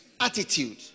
attitude